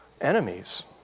enemies